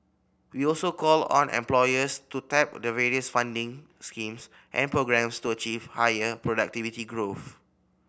we also call on employers to tap the various funding schemes and programmes to achieve higher productivity growth